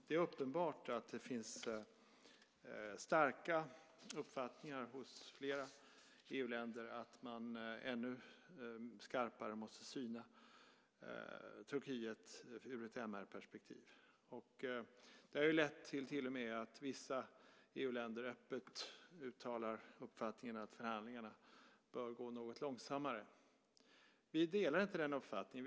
Det är uppenbart att det finns starka uppfattningar hos flera EU-länder att man ännu skarpare måste syna Turkiet ur ett MR-perspektiv. Det har till och med lett till att vissa EU-länder öppet uttalar uppfattningen att förhandlingarna bör gå något långsammare. Vi delar inte den uppfattningen.